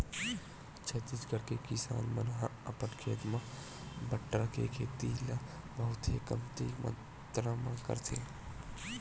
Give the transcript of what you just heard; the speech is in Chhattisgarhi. छत्तीसगढ़ के किसान मन ह अपन खेत म बटरा के खेती ल बहुते कमती मातरा म करथे